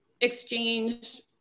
exchange